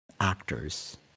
actors